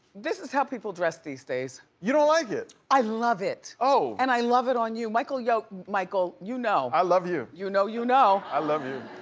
this is how people dress these days. you don't like it? i love it. oh. and i love it on you. michael yo, michael, you know. love you. you know you know. i love you.